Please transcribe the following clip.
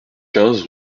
quinze